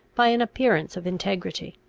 by an appearance of integrity.